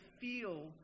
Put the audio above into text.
feel